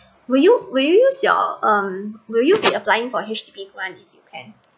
will you will you you use your um will you be applying for H_D_B [one] if you can